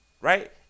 right